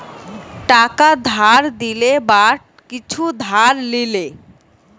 টাকা ধার দিলে বা কিছু ধার লিলে